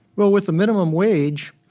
well, with the minimum wage,